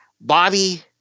Bobby